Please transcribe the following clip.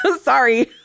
sorry